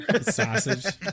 sausage